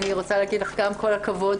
אני רוצה להגיד לך גם כל הכבוד.